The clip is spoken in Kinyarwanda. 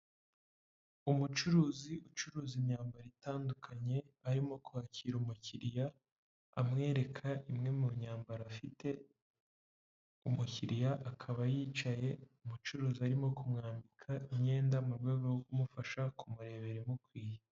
Umucuruzi ucuruza imyambaro itandukanye, arimo kwakira umukiriya, amwereka imwe mu myambaro afite, umukiriya akaba yicaye, umucuruzi arimo kumwambika imyenda, mu rwego rwo kumufasha kumurebera imukwiye.